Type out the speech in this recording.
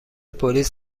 پلیس